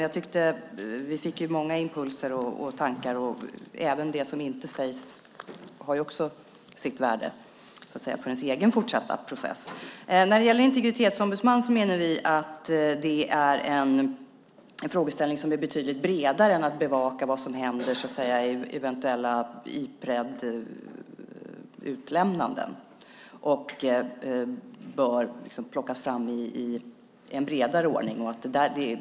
Men vi fick många impulser och tankar. Även det som inte sägs har sitt värde för ens egen fortsatta process. När det gäller en integritetsombudsman menar vi att det är en frågeställning som är betydligt bredare än att bevaka vad som händer vid eventuella Ipredutlämnanden. Det bör plockas fram i en bredare ordning.